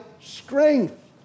strength